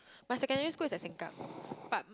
my secondary school is at Sengkang but